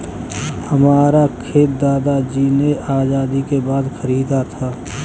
हमारा खेत दादाजी ने आजादी के बाद खरीदा था